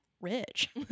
rich